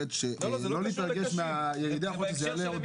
שאומרת שלא להתרגש מהירידה כי זה עוד יעלה.